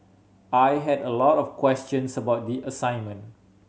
I had a lot of questions about the assignment